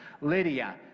Lydia